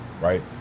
right